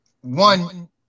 one